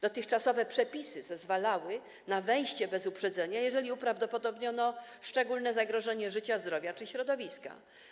Dotychczasowe przepisy zezwalały na wejście bez uprzedzenia, jeżeli uprawdopodobniono szczególne zagrożenie życia, zdrowia czy środowiska.